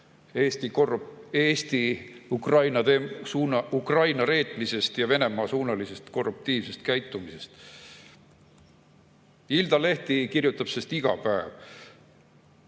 Eesti Ukraina reetmisest ja Venemaa-suunalisest korruptiivsest käitumisest. Iltalehti kirjutab sellest iga päev.